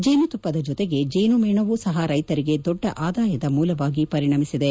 ಜೇನುತುಪ್ಪದ ಜೊತೆಗೆ ಜೇನುಮೇಣವೂ ಸಹ ರೈತರಿಗೆ ದೊಡ್ಡ ಆದಾಯದ ಮೂಲವಾಗಿ ಪರಿಣಮಿಸಿದೆ